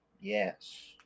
Yes